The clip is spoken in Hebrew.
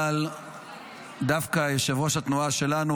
אבל דווקא יושב-ראש התנועה שלנו,